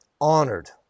Honored